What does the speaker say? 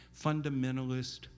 fundamentalist